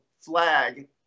flag